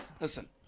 listen